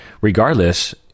regardless